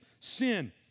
sin